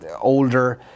older